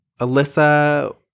Alyssa